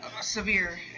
Severe